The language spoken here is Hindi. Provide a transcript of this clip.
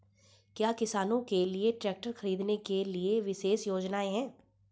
क्या किसानों के लिए ट्रैक्टर खरीदने के लिए विशेष योजनाएं हैं?